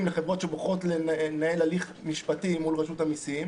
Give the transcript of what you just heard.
לחברות שבוחרות לנהל הליך משפטי מול רשות המסים.